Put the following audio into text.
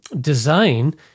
design